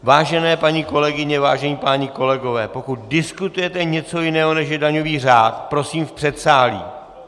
Vážené paní kolegyně, vážení páni kolegové, pokud diskutujete něco jiného, než je daňový řád, prosím v předsálí!